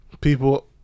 people